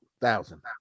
Thousand